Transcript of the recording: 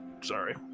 Sorry